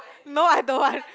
no I don't want